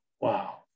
wow